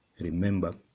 Remember